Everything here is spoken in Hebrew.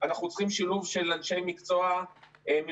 אנחנו צריכים שילוב של אנשי מקצוע מבריאות